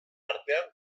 artean